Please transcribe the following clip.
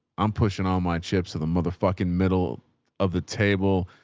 i'm pushing all my chips for the motherfucking middle of the table.